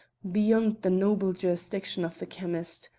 beyond the noble jurisdiction of the chymist.